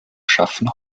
schaffen